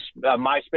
MySpace